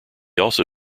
also